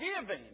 giving